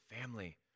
family